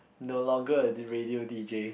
the logger and the radio d_j